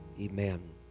Amen